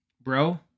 bro